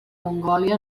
mongòlia